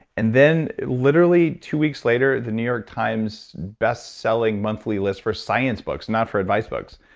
and then literally two weeks later the new york times bestselling monthly list for science books not for advice books,